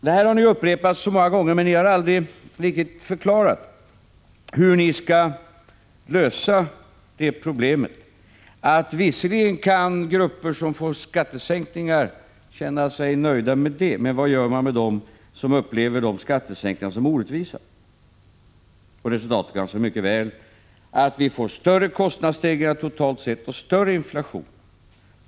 Det här är ett problem som ni har tagit upp många gånger, men ni har aldrig riktigt förklarat hur ni skall lösa det. De grupper som får skattesänkningar kan visserligen känna sig nöjda med det, men vad gör man med dem som upplever skattesänkningarna som orättvisa? Resultatet av det här slaget av politik ser de mycket väl: vi får större kostnadsstegringar totalt sett och högre inflation.